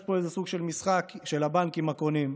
יש פה סוג של משחק של הבנק עם הקונים.